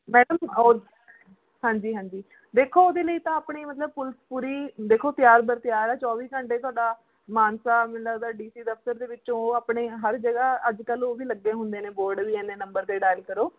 madam ਉਹ ਹਾਂਜੀ ਹਾਂਜੀ ਦੇਖੋ ਉਹਦੇ ਲਈ ਤਾਂ ਆਪਣੀ ਮਤਲਬ ਫੁੱਲ ਪੂਰੀ ਦੇਖੋ ਤਿਆਰ ਬਰ ਤਿਆਰ ਹੈ ਚੌਵੀ ਘੰਟੇ ਤੁਹਾਡਾ ਮਾਨਸਾ ਮੈਨੂੰ ਲੱਗਦਾ ਡੀ ਸੀ ਦਫ਼ਤਰ ਦੇ ਵਿੱਚੋਂ ਉਹ ਆਪਣੇ ਹਰ ਜਗ੍ਹਾ ਅੱਜ ਕੱਲ ਉਹ ਵੀ ਲੱਗੇ ਹੁੰਦੇ ਨੇ ਬੋਡ ਵੀ ਐਨੇ ਨੰਬਰ 'ਤੇ ਡਾਇਲ ਕਰੋ